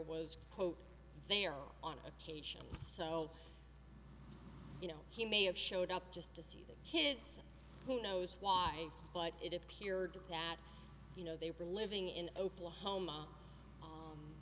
quote there on occasion so you know he may have showed up just to see the kids who knows why but it appeared that you know they were living in oklahoma